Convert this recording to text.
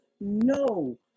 no